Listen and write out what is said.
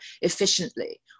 efficiently